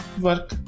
work